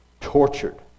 tortured